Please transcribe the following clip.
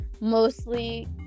mostly